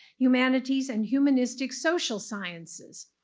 humanities and humanistic social sciences.